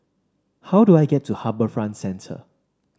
how do I get to HarbourFront Centre